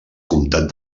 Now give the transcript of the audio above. comtat